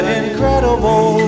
incredible